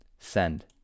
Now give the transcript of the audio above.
Send